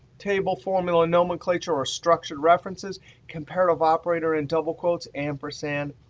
table formula nomenclature or structured references comparative operator in double quotes, ampersand,